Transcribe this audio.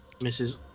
Misses